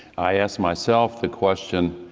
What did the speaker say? i asked myself the question,